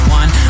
one